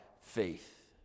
faith